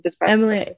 Emily